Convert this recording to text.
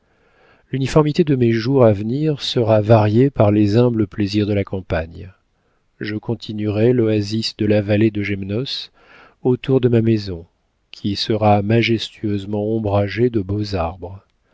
l'uniformité de mes jours à venir sera variée par les humbles plaisirs de la campagne je continuerai l'oasis de la vallée de gémenos autour de ma maison qui sera majestueusement ombragée de beaux arbres